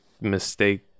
mistake